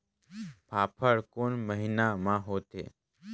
फाफण कोन महीना म होथे?